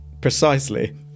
Precisely